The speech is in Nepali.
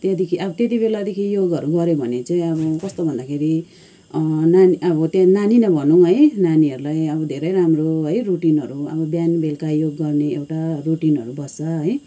त्यहाँदेखि अब त्यति बेलादेखि योगहरू गऱ्यो भने चाहिँ अब कस्तो भन्दाखेरि नानी अब त्यो नानी नै भनौँ है नानीहरूलाई अब धेरै राम्रो है रुटिनहरू अब बिहान बेलुका योग गर्ने एउटा रुटिनहरू बस्छ है